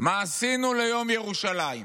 מה עשינו ליום ירושלים?